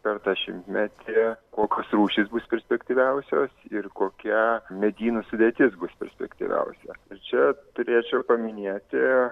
per tą šimtmetį kokios rūšys bus perspektyviausios ir kokie medynų sudėtis bus perspektyviausia ir čia turėčiau paminėti